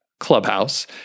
Clubhouse